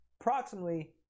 approximately